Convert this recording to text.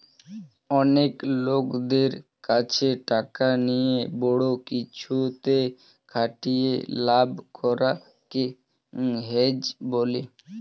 অনেক লোকদের কাছে টাকা নিয়ে বড়ো কিছুতে খাটিয়ে লাভ করা কে হেজ বলে